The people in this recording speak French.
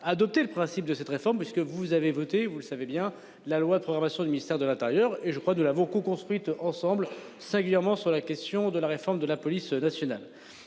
adopté le principe de cette réforme parce que vous avez voté, vous le savez bien la loi de programmation du ministère de l'Intérieur et je crois de la beaucoup construite ensemble singulièrement sur la question de la réforme de la police nationale.